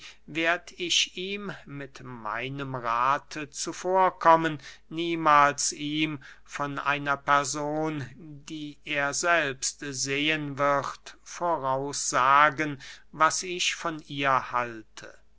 werd ich ihm mit meinem rathe zuvorkommen niemahls ihm von einer person die er selbst sehen wird voraus sagen was ich von ihr halte